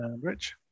Rich